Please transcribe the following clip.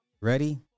Ready